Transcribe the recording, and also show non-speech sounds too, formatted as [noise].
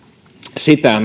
sitä [unintelligible]